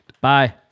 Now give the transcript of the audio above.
Bye